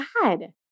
God